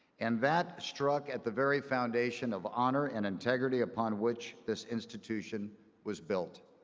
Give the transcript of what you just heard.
and that struck at the very foundation of honor and integrity upon which this institution was built.